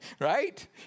right